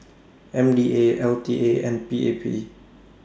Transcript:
M D A L T A and P A P